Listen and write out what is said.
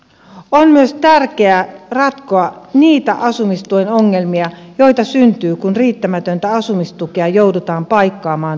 on myös tärkeää ratkoa niitä asumistuen ongelmia joita syntyy kun riittämätöntä asumistukea joudutaan paikkaamaan toimeentulotuella